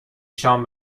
شام